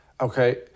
Okay